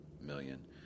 million